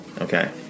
Okay